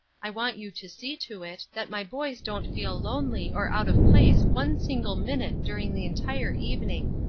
i want you to see to it, that my boys don't feel lonely or out of place one single minute during the entire evening.